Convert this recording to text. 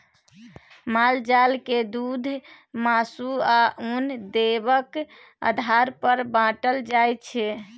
माल जाल के दुध, मासु, आ उन देबाक आधार पर बाँटल जाइ छै